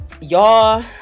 y'all